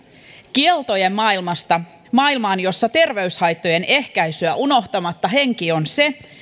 kieltojen maailmasta maailmaan jossa terveyshaittojen ehkäisyä unohtamatta henki on se